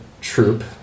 troop